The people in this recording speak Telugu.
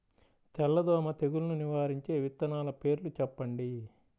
తెల్లదోమ తెగులును నివారించే విత్తనాల పేర్లు చెప్పండి?